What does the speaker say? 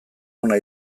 ona